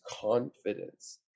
confidence